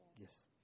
Yes